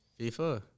FIFA